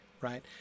Right